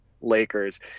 lakers